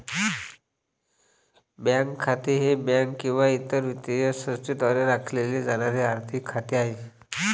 bank खाते हे bank किंवा इतर वित्तीय संस्थेद्वारे राखले जाणारे आर्थिक खाते आहे